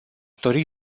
dori